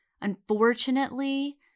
Unfortunately